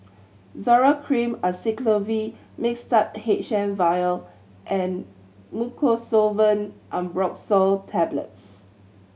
Zoral Cream Acyclovir Mixtard H M Vial and Mucosolvan Ambroxol Tablets